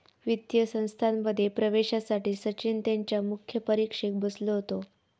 वित्तीय संस्थांमध्ये प्रवेशासाठी सचिन त्यांच्या मुख्य परीक्षेक बसलो होतो